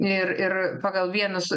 ir ir pagal vienus